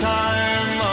time